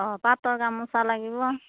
অঁ পাটৰ গামোচা লাগিব